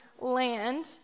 land